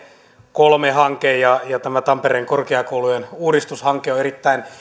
kolme hanke tampereen korkeakoulujen uudistushanke on erittäin